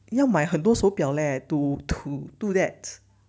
要买很多手表 leh to to do that